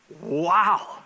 wow